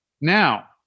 Now